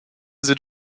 sind